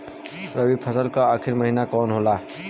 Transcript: रवि फसल क आखरी महीना कवन होला?